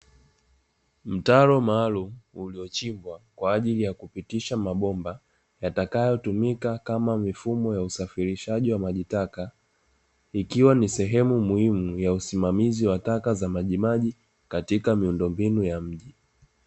Mtaro maalumu, uliochimbwa kwa ajili ya kupitisha mabomba yatakayotumika kama mifumo ya usafirishaji wa maji taka. Ikiwa ni sehemu muhimu ya usimamizi wa taka za majimaji, katika miundombinu ya mji.